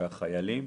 והחיילים